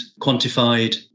quantified